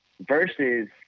versus